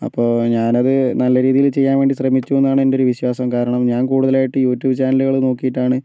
അപ്പോൾ ഞാനത് നല്ല രീതിയിൽ ചെയ്യാൻ വേണ്ടി ശ്രമിച്ചുവെന്നാണ് എൻ്റെ ഒരു വിശ്വാസം കാരണം ഞാൻ കുടുതലായിട്ടും യൂട്യൂബ് ചാനലുകൾ നോക്കിയിട്ടാണ്